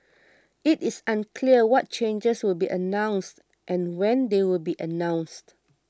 it is unclear what changes will be announced and when they will be announced